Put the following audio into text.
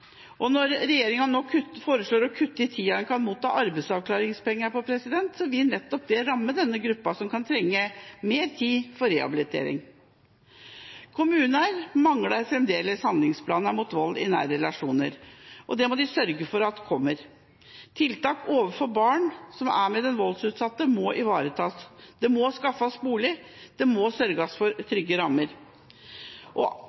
rammer. Når regjeringa nå foreslår å kutte i tida en kan motta arbeidsavklaringspenger, vil dette nettopp ramme denne gruppa, som kan trenge mer tid for rehabilitering. Kommuner mangler fremdeles handlingsplaner mot vold i nære relasjoner. Det må de sørge for kommer. Tiltak overfor barn som er med den voldsutsatte, må ivaretas, det må skaffes bolig, og det må sørges for trygge rammer. Og